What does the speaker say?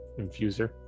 infuser